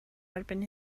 erbyn